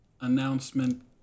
announcement